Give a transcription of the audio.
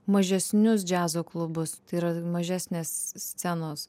mažesnius džiazo klubus tai yra mažesnės scenos